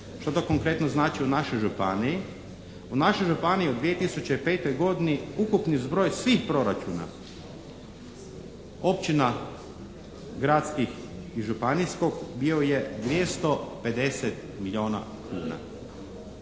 Što to konkretno znači u našoj županiji? U našoj županiji od 2005. godini ukupni zbroj svih proračuna općina, gradskih i županijskog bio je 250 milijuna kuna.